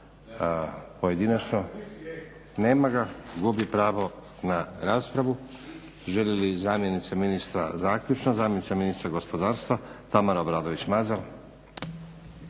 pojedinačno. Nema ga. Gubi pravo na raspravu. Želi li zamjenica ministra zaključno? Zamjenica ministra gospodarstva Tamara Obradović-Mazal.